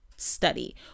study